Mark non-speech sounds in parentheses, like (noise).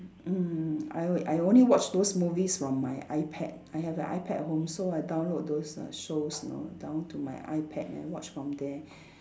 mm I o~ I only watch those movies from my iPad I have a iPad at home so I download those uh shows you know download to my iPad then watch from there (breath)